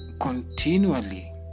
continually